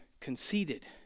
conceited